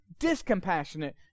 discompassionate